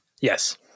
Yes